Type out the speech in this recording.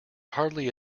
hardly